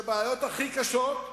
של הבעיות הכי קשות,